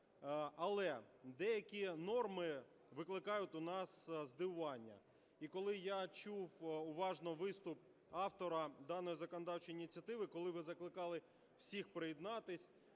Але деякі норми викликають у нас здивування, і коли я чув уважно виступ автора даної законодавчої ініціативи, коли ви закликали всіх приєднатися